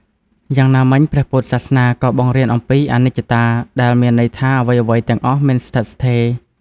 យ៉ាងណាមិញព្រះពុទ្ធសាសនាក៏បង្រៀនអំពី អនិច្ចតា ដែលមានន័យថា អ្វីៗទាំងអស់មិនស្ថិតស្ថេរ។